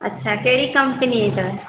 अच्छा कहिड़ी कंपनीअ जो आहे